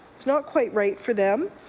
it's not quite right for them.